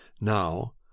now